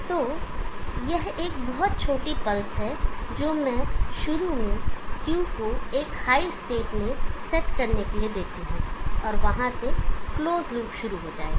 तो यह एक बहुत छोटी पल्स है जो मैं शुरू में Q को एक हाई स्टेट में सेट करने के लिए देता हूं और वहां से क्लोज लूप शुरू हो जाएगा